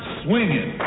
swinging